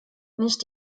nicht